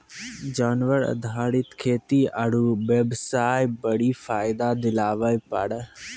जानवर आधारित खेती आरू बेबसाय बड्डी फायदा दिलाबै पारै